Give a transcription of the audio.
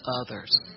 others